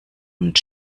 und